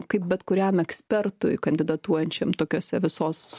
kaip bet kuriam ekspertui kandidatuojančiam tokiuose visos